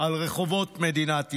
על רחובות מדינת ישראל.